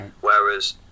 whereas